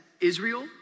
Israel